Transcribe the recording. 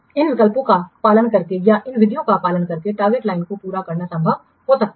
इन विकल्पों का पालन करके या इन विधियों का पालन करके लक्ष्य रेखा को पूरा करना संभव हो सकता है